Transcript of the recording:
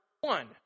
one